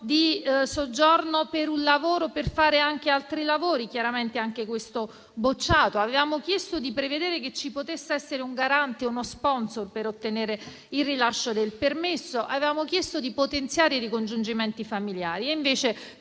di soggiorno per fare anche altri lavori: chiaramente anche questo emendamento è stato bocciato. Avevamo chiesto di prevedere che ci potesse essere un garante, uno *sponsor,* per ottenere il rilascio del permesso. Avevamo chiesto di potenziare i ricongiungimenti familiari